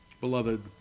Beloved